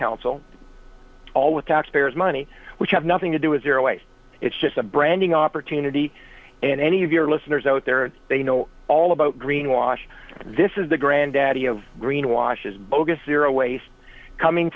council all with taxpayers money which have nothing to do is there a way it's just a branding opportunity and any of your listeners out there they know all about green wash this is the granddaddy of green washes bogus zero waste coming